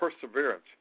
perseverance